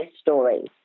stories